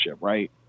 right